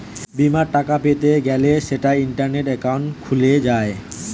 বিমার টাকা পেতে গ্যলে সেটা ইন্টারনেটে একাউন্ট খুলে যায়